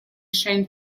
chaines